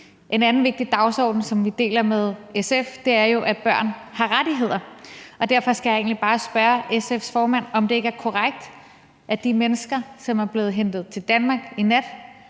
En anden vigtig dagsorden, som vi deler med SF, er jo, at børn har rettigheder, og derfor skal jeg egentlig bare spørge SF's formand, om det ikke er korrekt, at de mennesker, som er blevet hentet til Danmark i nat,